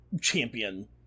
champion